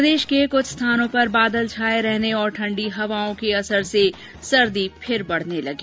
प्रदेश में कुछ स्थानों पर बादल छाये रहने और ठंडी हवाओं के कारण सर्दी फिर बढने लगी